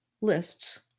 lists